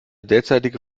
derzeitige